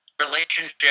relationship